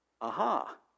Aha